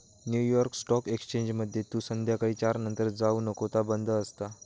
new York stock एक्सचेंजमध्ये तू संध्याकाळी चार नंतर जाऊ नको ता बंद असता